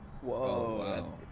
Whoa